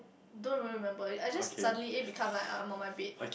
don't even remember I just suddenly eh become like I'm on my bed